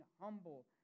humble